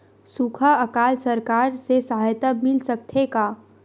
सुखा अकाल सरकार से सहायता मिल सकथे का?